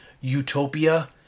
utopia